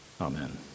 Amen